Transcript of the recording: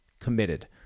committed